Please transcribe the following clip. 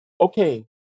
Okay